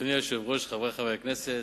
אדוני היושב-ראש, חברי חברי הכנסת,